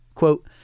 Quote